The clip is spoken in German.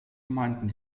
gemeinden